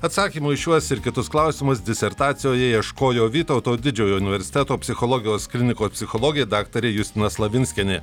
atsakymo į šiuos ir kitus klausimus disertacijoje ieškojo vytauto didžiojo universiteto psichologijos kliniko psichologė daktarė justina slavinskienė